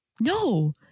no